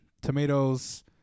tomatoes